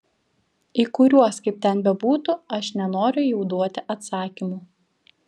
į kuriuos kaip ten bebūtų aš nenoriu jau duoti atsakymų